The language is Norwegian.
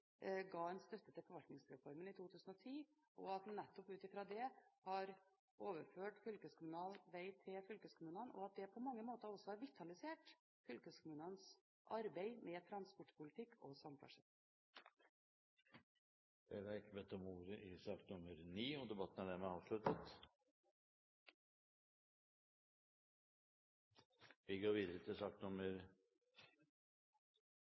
ga en støtte til forvaltningsreformen i 2010, og at en nettopp ut fra det har overført fylkeskommunal vei til fylkeskommunene, og at det må mange måter også har vitalisert fylkeskommunenes arbeid med transportpolitikk og samferdsel. Saksordføreren, representanten Magne Rommetveit, får ordet én gang til i inntil 3 minutter. Videre har de talere som heretter får ordet,